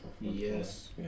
Yes